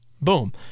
Boom